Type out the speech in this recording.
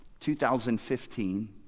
2015